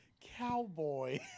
Cowboy